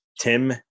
Tim